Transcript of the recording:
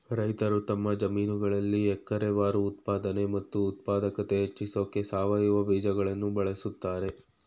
ರೈತರು ತಮ್ಮ ಜಮೀನುಗಳಲ್ಲಿ ಎಕರೆವಾರು ಉತ್ಪಾದನೆ ಮತ್ತು ಉತ್ಪಾದಕತೆ ಹೆಚ್ಸೋಕೆ ಸಾವಯವ ಬೀಜಗಳನ್ನು ಬಳಸ್ತಾರೆ